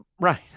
Right